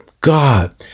God